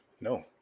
No